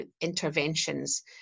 interventions